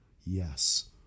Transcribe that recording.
Yes